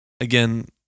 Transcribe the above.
again